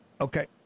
Okay